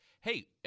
hey